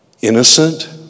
Innocent